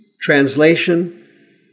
Translation